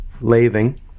lathing